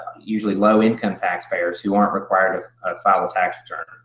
usually low-income taxpayers, who aren't required to file tax return,